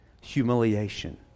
humiliation